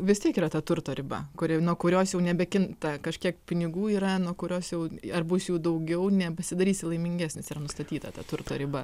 vis tiek yra ta turto riba kuri nuo kurios jau nebekinta kažkiek pinigų yra nuo kurios jau ar bus jų daugiau nepasidarysi laimingesnis yra nustatyta ta turto riba